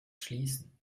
schließen